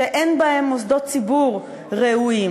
שאין בהן מוסדות ציבור ראויים,